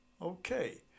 Okay